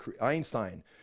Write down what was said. Einstein